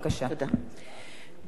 ברשות יושבת-ראש הישיבה,